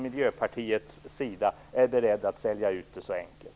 Miljöpartiet är berett att sälja ut det så enkelt.